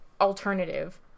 alternative